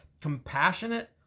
compassionate